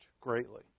greatly